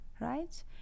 right